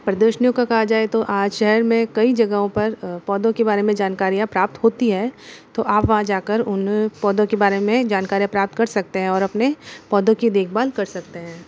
प्रदर्शनियों का कहा जाए तो आज शहर में कई जगहों पर पौधों के बारे में जानकारियाँ प्राप्त होती हैं तो आप वहाँ जाकर उन पौधों के बारे में जानकारियाँ प्राप्त कर सकते हैं और अपने पौधों की देखभाल कर सकते हैं